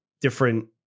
Different